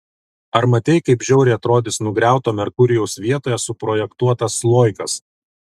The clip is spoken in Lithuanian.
ar matei kaip žiauriai atrodys nugriauto merkurijaus vietoje suprojektuotas sloikas